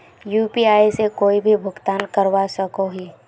UPI से कोई भी भुगतान करवा सकोहो ही?